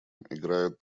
играют